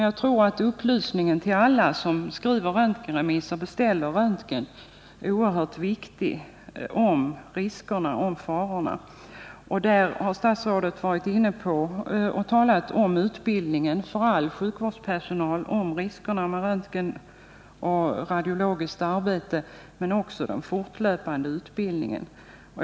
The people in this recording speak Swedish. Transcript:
Jag tror att det är oerhört viktigt med upplysning om farorna till alla som skriver röntgenremisser. Statsrådet har talat om utbildning för all sjukvårdspersonal om riskerna med röntgen och radiologiskt arbete men också om fortlöpande utbildning.